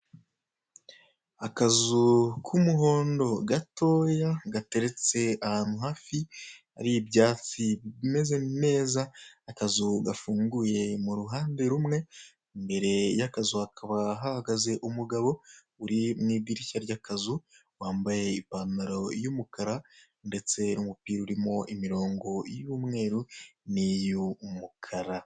Akazu k'umuhondo gatoya gateretse ahantu hafi hari ibyatsi bimeze neza, akazu gafunguye mu ruhande rumwe. Imbere y'akazu hakaba hahagaze umugabo uri mw'idirishya ry'akazu, wambaye ipantaro y'umukara ndetse n'umupira urimo imirongo y'umweru niy'umukara.